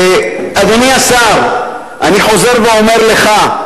אדוני השר, אני חוזר ואומר לך,